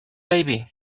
baby